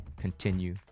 continue